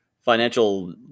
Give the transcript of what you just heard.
financial